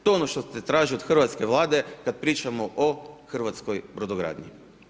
To je ono što se traži od hrvatske vlade kad pričamo o hrvatskoj brodogradnji.